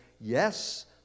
Yes